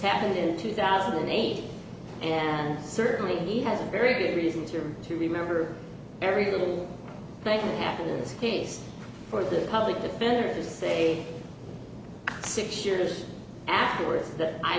happened in two thousand and eight and certainly he has a very good reason to to remember every little thing happened in this case for the public defenders say six years afterwards that i